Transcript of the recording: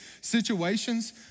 situations